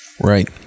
Right